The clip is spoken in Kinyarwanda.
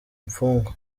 imfungwa